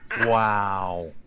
Wow